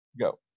Go